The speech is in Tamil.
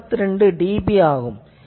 52 dB ஆகும்